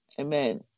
amen